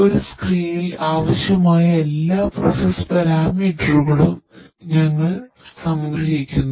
ഒരു സ്ക്രീനിൽ ആവശ്യമായ എല്ലാ പ്രോസസ്സ് പാരാമീറ്ററുകളും ഞങ്ങൾ സംഗ്രഹിക്കുന്നു